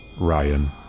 Ryan